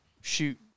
shoot